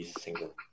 single